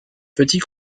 petit